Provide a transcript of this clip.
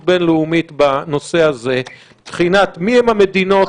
בין-לאומית בנושא הזה מבחינת מיהם המדינות,